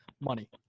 money